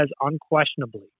unquestionably